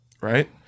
right